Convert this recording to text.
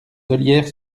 ollières